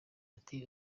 ati